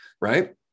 Right